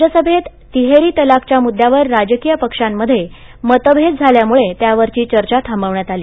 राज्यसभेत तिहेरी तलाकच्या मुद्यावर राजकीय पक्षांमध्ये मतभेद झाल्यामुळे त्यावरची चर्चा थांबवण्यात आली